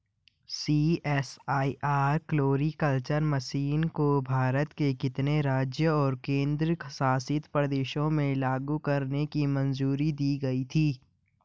CSIR floriculture mission को भारत के कितने राज्यों और केंद्र शासित प्रदेशों में लागू करने की मंजूरी दी गई थी?